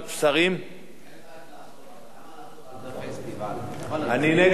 למה לעשות פסטיבלים, אני נגד הפסטיבלים.